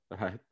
right